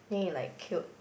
then it like killed